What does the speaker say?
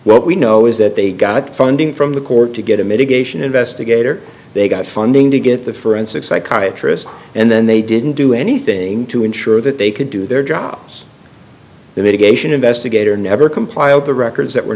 what we know is that they got funding from the court to get a mitigation investigator they got funding to get the forensic psychiatrist and then they didn't do anything to ensure that they could do their jobs the mitigation investigator never compiled the records that were